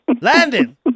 Landon